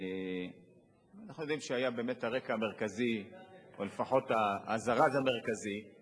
אנחנו יודעים שבאמת הרקע המרכזי או לפחות הזרז המרכזי היה